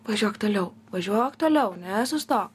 važiuok toliau važiuok toliau nesustok